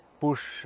push